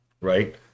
right